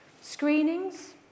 Screenings